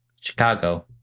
Chicago